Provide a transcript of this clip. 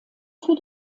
für